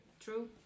true